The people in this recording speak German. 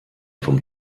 vom